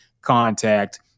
contact